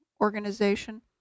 organization